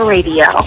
Radio